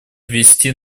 ввести